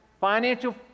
financial